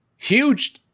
Huge